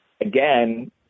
again